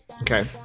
Okay